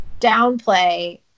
downplay